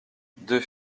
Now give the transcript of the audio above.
deux